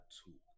two